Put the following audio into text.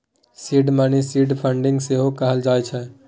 seed money केँ seed funding सेहो कहल जाइ छै